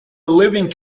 living